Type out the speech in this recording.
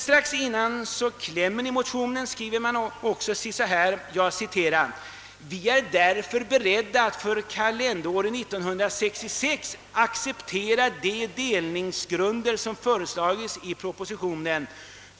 Strax innan klämmen i motionen skriver man också: »Vi är därför beredda att för kalenderåret 1966 acceptera de fördelningsgrunder som föreslagits i propositionen.